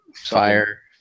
Fire